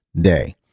Day